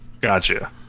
Gotcha